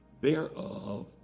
thereof